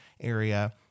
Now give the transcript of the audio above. area